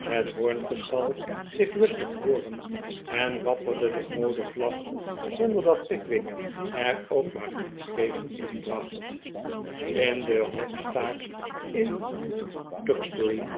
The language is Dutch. het hoorngeschal zich lustig hooren en wapperde de roode vlag zonder dat pickwick er ook maar iets tegen inbracht in de hopstaak in